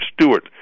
Stewart